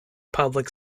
public